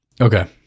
Okay